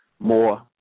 more